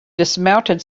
dismounted